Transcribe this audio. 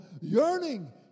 yearning